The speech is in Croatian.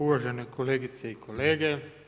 Uvažene kolegice i kolege.